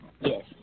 Yes